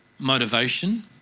motivation